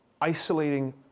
isolating